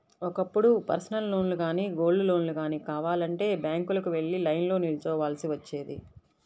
ఒకప్పుడు పర్సనల్ లోన్లు గానీ, గోల్డ్ లోన్లు గానీ కావాలంటే బ్యాంకులకు వెళ్లి లైన్లో నిల్చోవాల్సి వచ్చేది